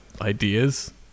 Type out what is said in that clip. ideas